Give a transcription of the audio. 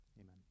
Amen